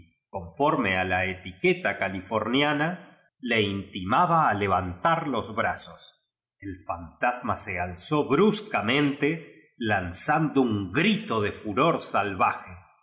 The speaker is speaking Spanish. conforme a la eti queta californiana le intimaba a levantar los brazos el fantasma se alzó bruscamente lanzando un grito de furor salvaje y